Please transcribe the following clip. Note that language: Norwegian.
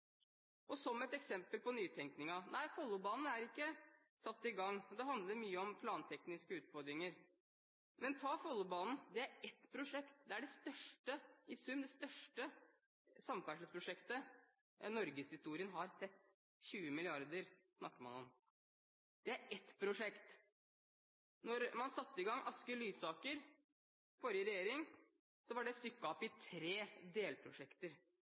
Som et eksempel på nytenkningen: Nei, Follobanen er ikke satt i gang, det handler mye om plantekniske utfordringer, men Follobanen er i sum det største samferdselsprosjektet norgeshistorien har sett – 20 mrd. kr snakker man om. Det er ett prosjekt. Da forrige regjering satte i gang Asker–Lysaker, var det stykket opp i tre delprosjekter.